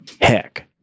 Heck